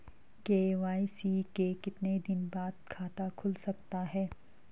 KYC के कितने दिन बाद खाता खुल सकता है?